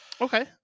Okay